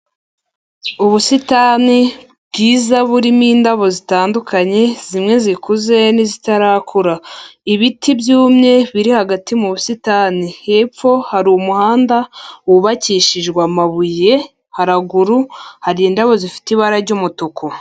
Ubusitani bwiza burimo indabo zitandukanye, zimwe zikuze n'izitarakura. Ibiti byumye biri hagati mu busitani. Hepfo hari umuhanda wubakishijwe amabuye, haraguru hari indabo zifite ibara ry'umutuku.